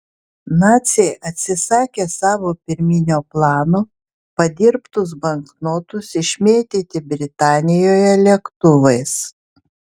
naciai atsisakė savo pirminio plano padirbtus banknotus išmėtyti britanijoje lėktuvais